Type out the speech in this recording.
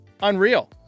Unreal